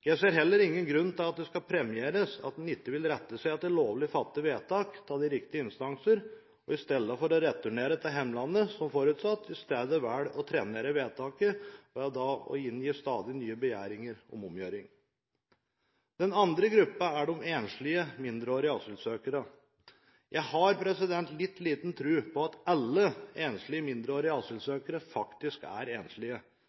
Jeg ser heller ingen grunn til at det skal premieres at en ikke vil rette seg etter lovlig fattede vedtak fra de riktige instanser, og at en istedenfor å returnere til hjemlandet som forutsatt, velger å trenere vedtaket ved å inngi stadig nye begjæringer om omgjøring. Den andre gruppen er de enslige mindreårige asylsøkerne. Jeg har litt liten tro på at alle enslige mindreårige asylsøkere faktisk er enslige.